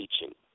teaching